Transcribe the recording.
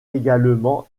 également